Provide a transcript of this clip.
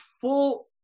full